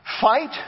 Fight